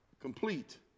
complete